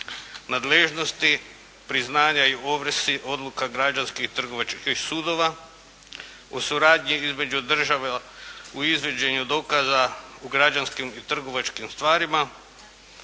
Nadležnosti priznanja i ovrsi odluka građanskih trgovačkih sudova u suradnji između država u izvođenju dokaza u građanskim i trgovačkim stvarima,